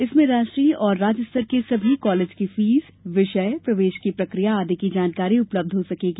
इसमें राष्ट्रीय एवं राज्य स्तर के सभी कॉलेज की फीस विषय प्रवेश की प्रक्रिया आदि की जानकारी उपलब्ध हो सकेगी